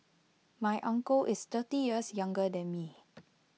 my uncle is thirty years younger than me